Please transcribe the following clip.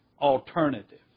alternative